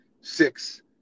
six